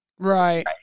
Right